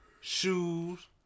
shoes